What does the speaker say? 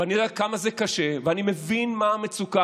ואני יודע כמה זה קשה, ואני מבין מה המצוקה.